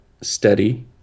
steady